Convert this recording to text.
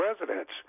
residents